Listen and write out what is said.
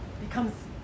becomes